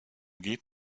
geht